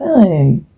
Hey